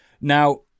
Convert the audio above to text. Now